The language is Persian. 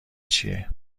چیه